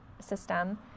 system